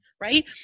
right